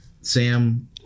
Sam